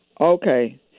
Okay